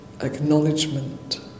acknowledgement